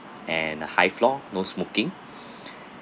and high floor no smoking